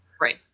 Right